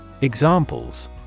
Examples